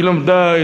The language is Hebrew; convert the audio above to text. היא למדה,